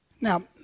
Now